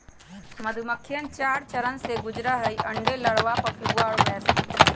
मधुमक्खिवन चार चरण से गुजरा हई अंडे, लार्वा, प्यूपा और वयस्क